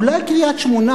אולי קריית-שמונה,